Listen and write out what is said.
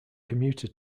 commuter